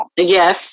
Yes